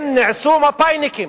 הם נעשו מפא"יניקים.